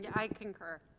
yeah i concur,